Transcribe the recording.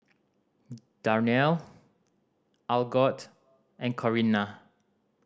Darnell Algot and Corinna